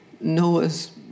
Noah's